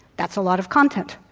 that's a lot of content.